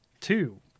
two